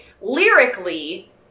lyrically